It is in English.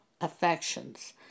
affections